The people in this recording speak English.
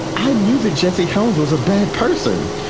i knew that jesse helms was a bad person,